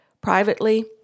privately